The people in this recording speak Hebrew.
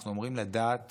אנחנו אמורים לדעת